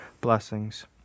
blessings